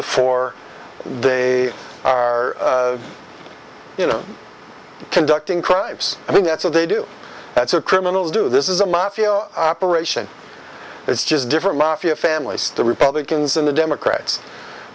before they are you know conducting cripes i think that's what they do that's where criminals do this is a mafia operation it's just different mafia families the republicans and the democrats